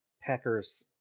Packers